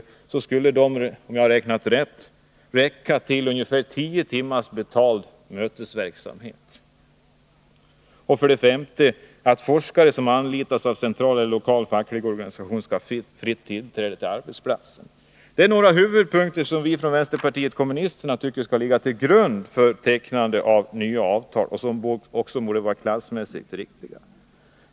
Det skulle om jag har räknat rätt räcka till ungefär tio timmars betald mötesverksamhet. 5. Forskare som anlitas av central eller lokal facklig organisation skall ha fritt tillträde till arbetsplatsen. Detta är några huvudpunkter som vänsterpartiet kommunisterna tycker skall ligga till grund för tecknande av nya avtal. De borde också vara klassmässigt riktiga.